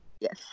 yes